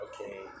okay